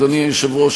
אדוני היושב-ראש,